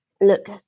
look